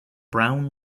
brown